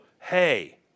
Hey